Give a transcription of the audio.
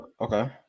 Okay